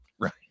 right